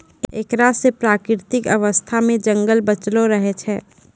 एकरा से प्राकृतिक अवस्था मे जंगल बचलो रहै छै